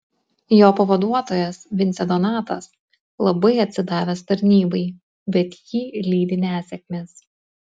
jo pavaduotojas vincė donatas labai atsidavęs tarnybai bet jį lydi nesėkmės